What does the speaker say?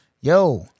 Yo